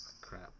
crap